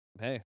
hey